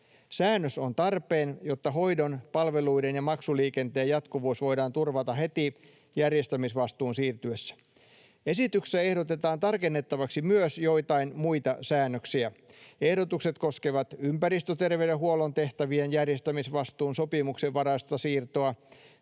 Säännös on tarpeen, jotta hoidon, palveluiden ja maksuliikenteen jatkuvuus voidaan turvata heti järjestämisvastuun siirtyessä. Esityksessä ehdotetaan tarkennettavaksi myös joitain muita säännöksiä: Ehdotukset koskevat ympäristöterveydenhuollon tehtävien järjestämisvastuun sopimuksenvaraista siirtoa,